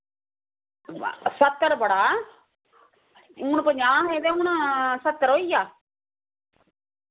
वाह् स्हत्तर बड़ा हू'न पंजाह् हे ते हू'न सत्तर होइया